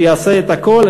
שיעשה את הכול,